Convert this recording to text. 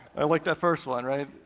i like that first one, right?